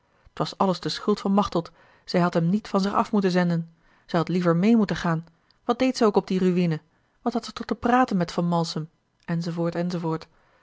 t was alles de schuld van machteld zij had hem niet van zich af moeten zenden zij had liever meê moeten gaan wat deed ze ook op die ruïne wat had ze toch te praten met van malsem